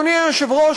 אדוני היושב-ראש,